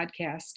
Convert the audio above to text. podcast